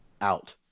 out